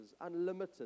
unlimited